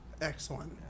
Excellent